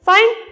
Fine